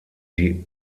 die